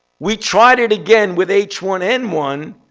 we tried it again with h one n one.